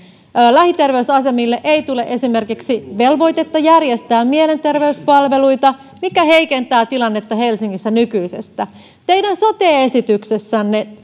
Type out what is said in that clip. lähiterveysasemille ei tule esimerkiksi velvoitetta järjestää mielenterveyspalveluita mikä heikentää tilannetta helsingissä nykyisestä teidän sote esityksessänne